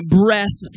breath